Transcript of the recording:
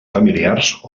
familiars